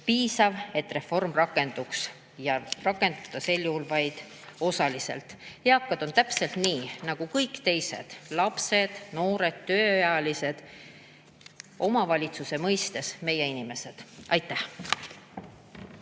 piisavalt, et reform rakenduks, ja rakendub ta sel juhul vaid osaliselt. Eakad on täpselt nii nagu kõik teised – lapsed, noored, tööealised – omavalitsuse mõistes meie inimesed. Aitäh!